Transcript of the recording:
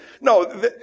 No